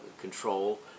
control